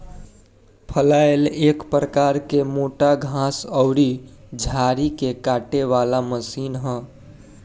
फलैल एक प्रकार के मोटा घास अउरी झाड़ी के काटे वाला मशीन ह